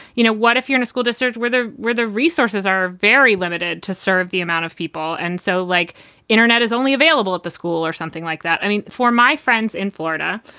you know what? if you're in a school district where the where the resources are very limited to serve the amount of people and so, like internet is only available at the school or something like that. i mean, for my friends in florida,